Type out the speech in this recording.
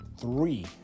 three